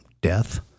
death